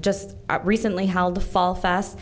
just recently held the fall fast